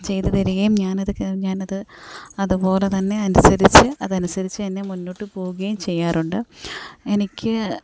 ചെയ്ത് തരികയും ഞാനത് ഞാനത് അതു പോലെ തന്നെ അനുസരിച്ച് അതനുസരിച്ചു തന്നെ മുന്നോട്ടു പോകുകയും ചെയ്യാറുണ്ട് എനിക്ക്